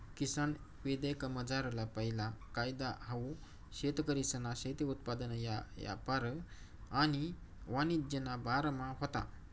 किसान विधेयकमझारला पैला कायदा हाऊ शेतकरीसना शेती उत्पादन यापार आणि वाणिज्यना बारामा व्हता